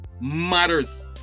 matters